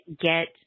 get